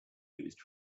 used